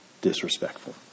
disrespectful